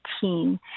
team